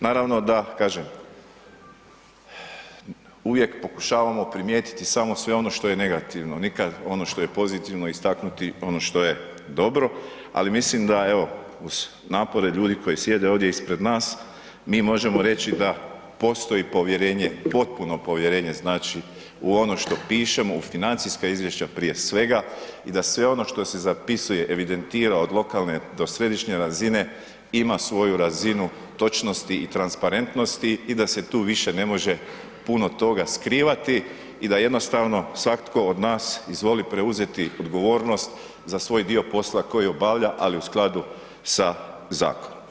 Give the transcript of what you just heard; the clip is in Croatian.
Naravno da, kažem, uvijek pokušavamo primijetiti samo sve ono što je negativno, nikad ono što je pozitivno istaknuti, ono što je dobro, ali mislim da evo uz napore ljudi koji sjede ovdje ispred nas, mi možemo reći da postoji povjerenje, potpuno povjerenje znači, u ono što pišemo, u financijska izvješća prije svega i da sve ono što se zapisuje, evidentira od lokalne do središnje razine, ima sviju razinu točnosti i transparentnosti i da se tu više ne može puno toga skrivati i da jednostavno svako od nas izvoli preuzeti odgovornost za svoj dio posla koji obavlja ali u skladu sa zakonom.